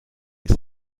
this